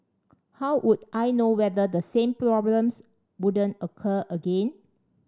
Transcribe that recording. how would I know whether the same problems wouldn't occur again